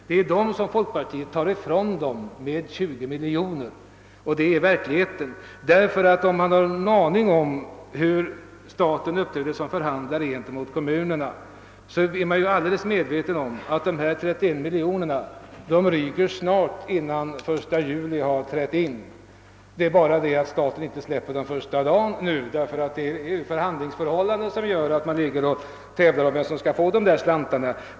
Dessa resurser tar folk partiet ifrån polisen genom att vilja minska detta anslag med 20 miljoner kronor — det är den verkliga innebörden av förslaget. Den som har en aning om hur staten uppträder som förhandlare gentemot kommunerna vet att dessa något över 30 miljoner kronor kommer att försvinna ganska snabbt intill den 1 juli. Staten släpper bara inte pengarna eftersom förhandlingar pågår om vem som skall få dem.